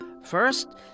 First